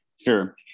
Sure